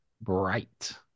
bright